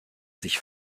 sich